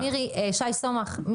מירי, שי סומך?